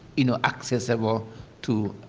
you know, accessible to